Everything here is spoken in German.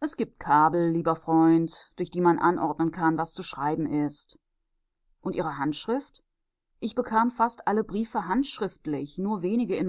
es gibt kabel lieber freund durch die man anordnen kann was zu schreiben ist und ihre handschrift ich bekam fast alle briefe handschriftlich nur wenige in